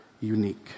unique